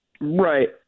Right